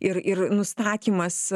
ir ir nustatymas